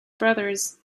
brothers